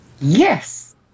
Yes